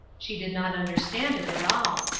she did not understand it at all.